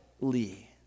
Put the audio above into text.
Lee